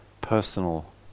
personal